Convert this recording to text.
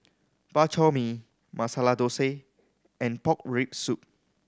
Bak Chor Mee Masala Thosai and pork rib soup